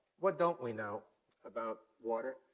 what don't we know about water?